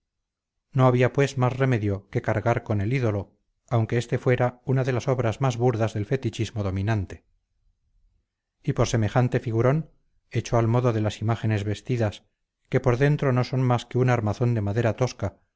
no había pues más remedio que cargar con el ídolo aunque este fuera una de las obras más burdas del fetichismo dominante y por semejante figurón hecho al modo de las imágenes vestidas que por dentro no son más que una armazón de madera tosca